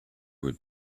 would